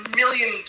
million